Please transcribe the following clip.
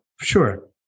Sure